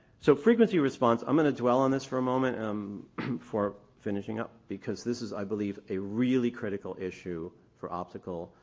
so frequency response i'm going to dwell on this for a moment um before finishing up because this is, i believe, a really critical issue for optical